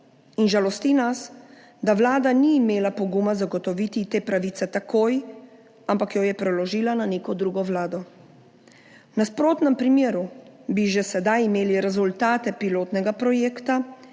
in žalosti nas, da vlada ni imela poguma zagotoviti te pravice takoj, ampak jo je preložila na neko drugo vlado. V nasprotnem primeru bi že sedaj imeli rezultate pilotnega projekta